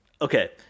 okay